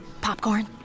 Popcorn